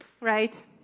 right